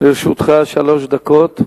לרשותך שלוש דקות.